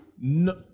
No